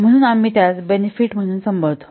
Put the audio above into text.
म्हणून आम्ही त्यास बेनिफिट म्हणून संबोधतो